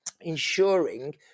ensuring